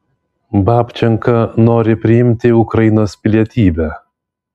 babčenka nori priimti ukrainos pilietybę